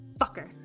fucker